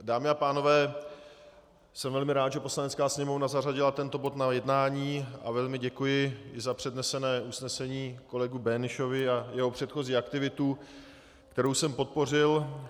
Dámy a pánové, jsem velmi rád, že Poslanecká sněmovna zařadila tento bod na jednání, a velmi děkuji i za přednesené usnesení kolegovi Böhnischovi a za jeho předchozí aktivitu, kterou jsem podpořil.